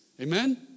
Amen